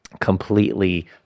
completely